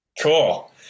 Cool